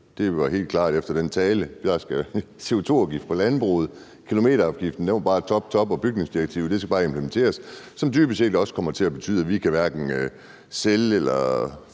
Det var helt klart efter den tale. Der skal CO2-afgift på landbruget, det var bare top til kilometerafgiften, og bygningsdirektivet skal bare implementeres, som dybest set kommer til at betyde, at vi hverken kan sælge eller